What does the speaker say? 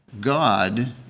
God